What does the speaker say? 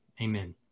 amen